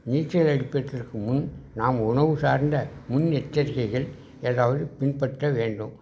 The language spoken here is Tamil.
நீச்சலடிப்பதற்கு முன் நாம் உணவு சார்ந்த முன்னெச்சரிக்கைகள் ஏதாவது பின்பற்ற வேண்டும்